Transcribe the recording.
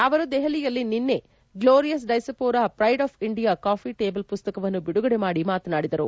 ಅವರು ದೆಹಲಿಯಲ್ಲಿ ನಿನ್ನೆ glorious diaspora pride of India coffee table ಪುಸ್ತಕವನ್ನು ಬಿಡುಗಡೆ ಮಾಡಿ ಮಾತನಾಡಿದರು